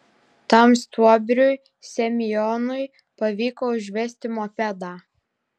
tam stuobriui semionui pavyko užvesti mopedą